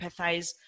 empathize